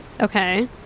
Okay